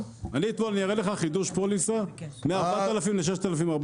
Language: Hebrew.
אראה לך מאתמול חידוש פוליסה מ-4,000 ל-6,400.